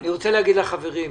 אני רוצה להגיד לחברים,